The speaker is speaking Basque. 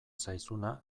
zaizuna